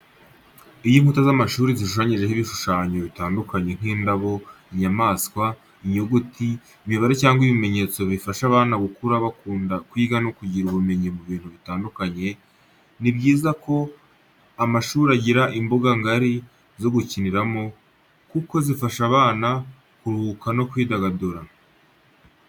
Iyo inkuta z'amashuri zishushanyijeho ibishushanyo bitandukanye nk'indabo, inyamaswa, inyuguti, imibare cyangwa ibimenyetso bifasha abana gukura bakunda kwiga no kugira ubumenyi ku bintu bitandukanye, ni byiza kandi ko amashuri agira imbuga ngari zo gukiniramo, kuko bifasha abana mu kuruhuka no kwidagadura.